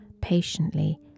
patiently